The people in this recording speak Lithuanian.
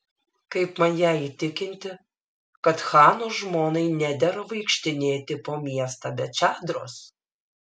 kaip man ją įtikinti kad chano žmonai nedera vaikštinėti po miestą be čadros